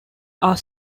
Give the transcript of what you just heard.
are